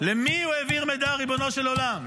למי הוא העביר מידע, ריבונו של עולם?